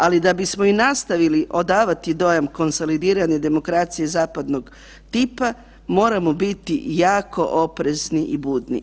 Ali da bismo i nastavili odavati dojam konsolidirane demokracije zapadnog tipa moramo biti jako oprezni i budni.